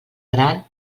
gran